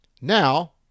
Now